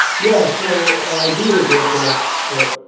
yeah, so i do regret that, but